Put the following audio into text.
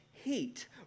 Heat